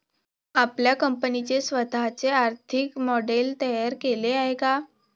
आपल्या कंपनीने स्वतःचे आर्थिक मॉडेल तयार केले आहे का?